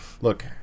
look